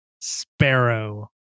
sparrow